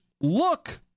look